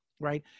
right